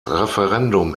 referendum